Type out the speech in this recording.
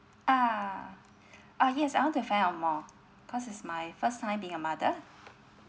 ah ah yes I want to find out more cause it's my first time being a mother